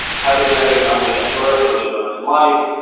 have a genetic anomaly at birth or later on in life.